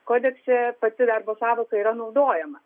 kodekse pati darbo sąvoka yra naudojama